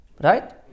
right